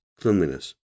cleanliness